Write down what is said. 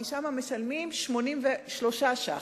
כי שם משלמים 83 שקלים,